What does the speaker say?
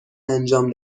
انجام